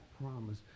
promise